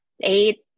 eight